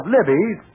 Libby's